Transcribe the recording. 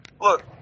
Look